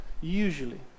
Usually